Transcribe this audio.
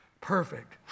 perfect